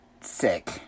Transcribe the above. Sick